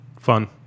Fun